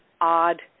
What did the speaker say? odd